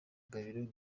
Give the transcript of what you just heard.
gabiro